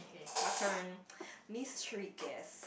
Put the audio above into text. my turn miss three guess